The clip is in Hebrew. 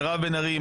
מירב בן ארי,